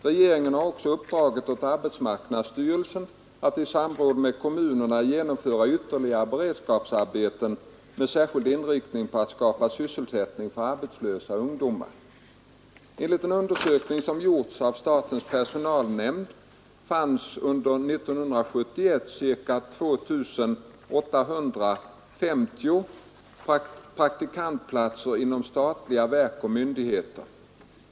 Regeringen har också uppdragit åt arbetsmarknadsstyrelsen att i samråd med kommunerna genomföra ytterligare beredskapsarbeten med särskild inriktning på att skapa sysselsättning för arbetslösa ungdomar. Enligt en undersökning, som gjorts av statens personalnämnd, fanns under år 1971 ca2850 praktikantplatser inom statliga verk och myndigheter.